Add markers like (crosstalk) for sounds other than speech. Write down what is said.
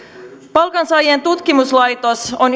palkansaajien tutkimuslaitos on (unintelligible)